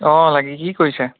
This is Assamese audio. অঁ লাকী কি কৰিছে